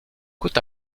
côte